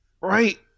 right